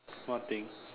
what thing